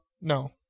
No